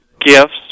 gifts